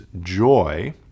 joy